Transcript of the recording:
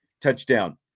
touchdown